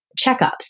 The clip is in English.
checkups